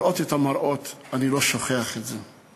לראות את המראות, אני לא שוכח את זה.